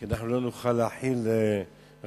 כי אנחנו לא נוכל להחיל רטרואקטיבית,